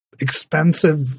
expensive